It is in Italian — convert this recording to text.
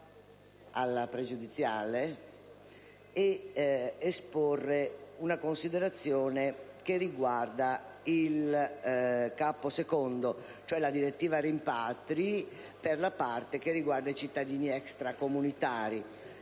pregiudiziale ed esporre una considerazione che riguarda il Capo II, cioè la direttiva rimpatri per la parte che attiene ai cittadini extracomunitari,